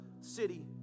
city